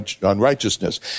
unrighteousness